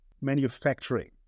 manufacturing